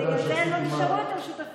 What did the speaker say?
ובגלל זה גם לא נשארו איתו שותפים פוליטיים.